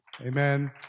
Amen